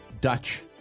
Dutch